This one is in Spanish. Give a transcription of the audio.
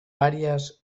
varias